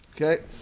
Okay